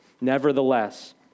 Nevertheless